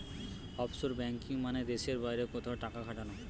offshore banking মানে দেশের বাইরে কোথাও টাকা খাটানো